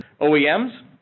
OEMs